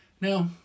Now